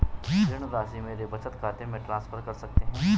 ऋण राशि मेरे बचत खाते में ट्रांसफर कर सकते हैं?